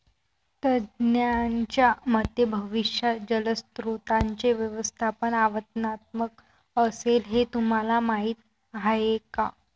तज्ज्ञांच्या मते भविष्यात जलस्रोतांचे व्यवस्थापन आव्हानात्मक असेल, हे तुम्हाला माहीत आहे का?